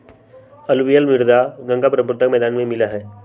alluvial मृदा गंगा बर्ह्म्पुत्र के मैदान में मिला हई